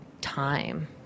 time